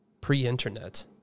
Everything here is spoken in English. pre-internet